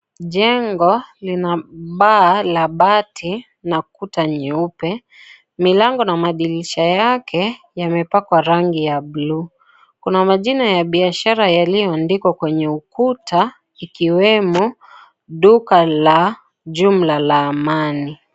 Jengo lina baa la bati na kuta nyeupe milango na madirisha yake yamepakwa rangi ya blue kuna majina ya biashara yalioandikwa kwenye ukuta ikiwemo duka la jumla la amani.